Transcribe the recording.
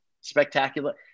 spectacular